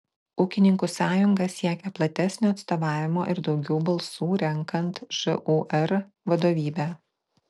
ūkininkų sąjunga siekia platesnio atstovavimo ir daugiau balsų renkant žūr vadovybę